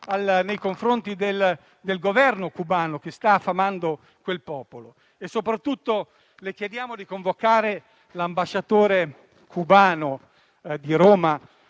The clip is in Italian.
nei confronti del Governo cubano che sta affamando quel popolo. Soprattutto, le chiediamo di convocare l'ambasciatore cubano a Roma,